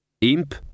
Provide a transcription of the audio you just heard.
Imp